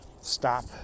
stop